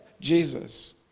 Jesus